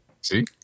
See